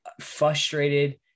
frustrated